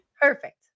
Perfect